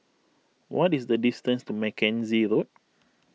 what is the distance to Mackenzie Road